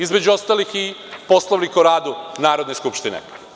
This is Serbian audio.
Između ostalih i Poslovnik o radu Narodne skupštine.